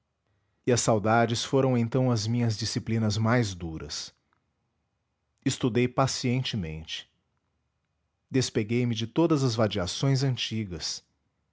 e as saudades foram então as minhas disciplinas mais duras estudei pacientemente despeguei me de todas as vadiações antigas